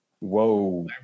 Whoa